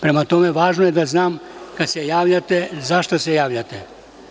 Prema tome, važno je da znam kada se javljate zašta se javljate.